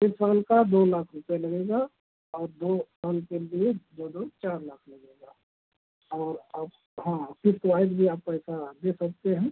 एक साल का दो लाख रुपये लगेगा और दो साल के लिए दो दो चार लाख लगेगा और अब हाँ फिर ट्वाइस भी आप पैसा दे सकते हैं